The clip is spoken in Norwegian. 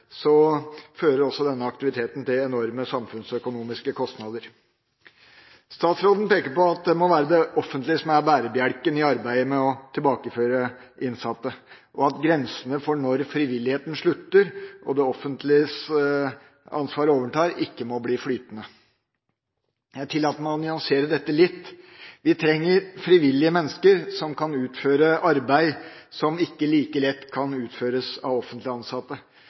fører også denne aktiviteten til enorme samfunnsøkonomiske kostnader. Statsråden peker på at det må være det offentlige som er bærebjelken i arbeidet med å tilbakeføre innsatte, og at grensene for når frivilligheten slutter og det offentliges ansvar overtar ikke må bli flytende. Jeg tillater meg å nyansere dette litt: Vi trenger frivillige mennesker som kan utføre arbeid som ikke like lett kan utføres av offentlig ansatte;